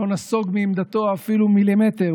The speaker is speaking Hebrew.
לא נסוג מעמדתו אפילו מילימטר.